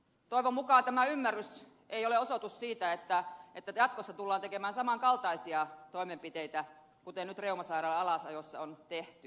toivon mukaan tämä ymmärtämys ei ole osoitus siitä että jatkossa tullaan tekemään saman kaltaisia toimenpiteitä kuten nyt reumasairaalan alasajossa on tehty